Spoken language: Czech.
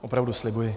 Opravdu, slibuji.